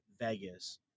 Vegas